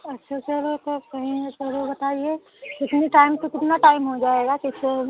अच्छा चलो तो कहीं बताइए कितने टाइम से कितना टाइम हो जाएगा